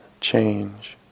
change